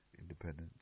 independence